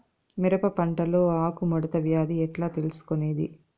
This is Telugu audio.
మిరప పంటలో ఆకు ముడత వ్యాధి ఎట్లా తెలుసుకొనేది?